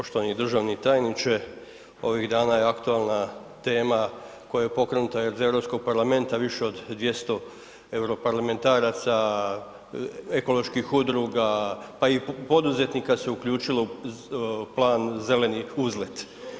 Poštovani državni tajniče, ovih dana je aktualna tema koja je pokrenuta iz Europskog parlamenta, više od 200 europarlamentaraca, ekoloških udruga pa i poduzetnika se uključilo u plan Zeleni uzlet.